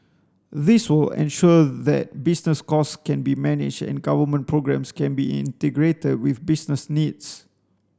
this will ensure that business costs can be managed and government programmes can be integrated with business needs